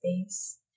space